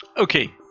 okay.